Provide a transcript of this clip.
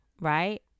Right